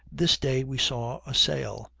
this day we saw a sail,